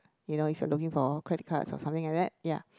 you know if you're looking for credit card so something like that ya